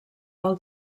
del